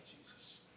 Jesus